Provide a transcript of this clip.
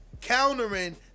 countering